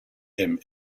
him